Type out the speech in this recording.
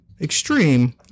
extreme